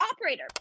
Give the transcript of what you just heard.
Operator